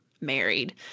married